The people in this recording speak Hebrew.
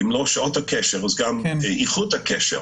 אם לא את שעות הקשר, אז גם את איכות הקשר.